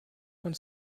von